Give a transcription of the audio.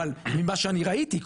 אבל ממה שאני ראיתי,